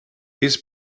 his